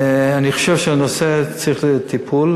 אני חושב שהנושא הזה צריך טיפול.